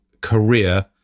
career